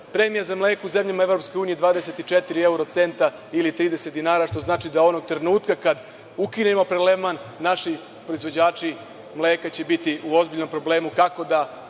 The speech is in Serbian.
Premija za mleko u zemljama EU je 24 evro centa ili 30 dinara, što znači da onog trenutka kada ukinemo prelevman naši proizvođači mleka će biti u ozbiljnom problemu kako da